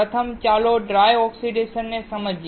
પ્રથમ ચાલો ડ્રાય ઓક્સાઇડને સમજીએ